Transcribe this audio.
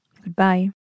Goodbye